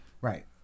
Right